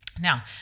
Now